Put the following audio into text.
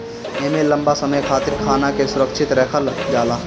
एमे लंबा समय खातिर खाना के सुरक्षित रखल जाला